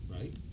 Right